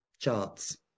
charts